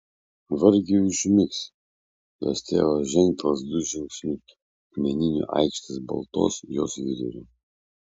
vargiai užmigs jos tėvas žengtels du žingsniu akmeniniu aikštės baltos jos viduriu